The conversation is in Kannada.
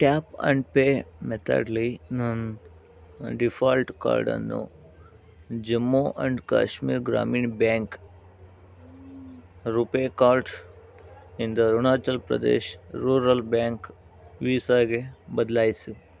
ಟ್ಯಾಪ್ ಆ್ಯಂಡ್ ಪೇ ಮೆತಡ್ಲಿ ನನ್ನ ಡಿಫಾಲ್ಟ್ ಕಾರ್ಡನ್ನು Jammu and Kashmir Gramin bank RuPay card ಇಂದ ಅರುಣಾಚಲ್ ಪ್ರದೇಶ್ ರೂರಲ್ ಬ್ಯಾಂಕ್ ವೀಸಾಗೆ ಬದಲಾಯಿಸು